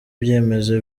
ibyemezo